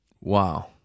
wow